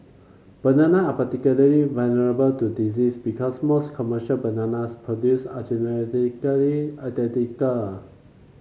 banana are particularly vulnerable to disease because most commercial bananas produced are genetically identical